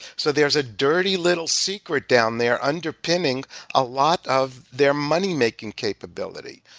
so there's a dirty little secret down there underpinning a lot of their moneymaking capability.